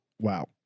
Wow